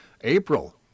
April